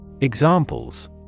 Examples